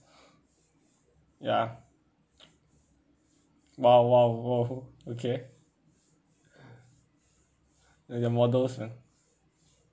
ya !wow! !wow! !whoa! okay like they're models ya